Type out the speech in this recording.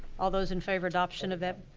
all those in favor adoption of that.